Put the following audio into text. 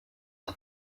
ati